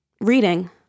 Reading